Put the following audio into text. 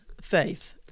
faith